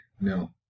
no